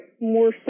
more